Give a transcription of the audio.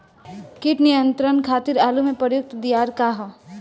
कीट नियंत्रण खातिर आलू में प्रयुक्त दियार का ह?